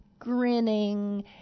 grinning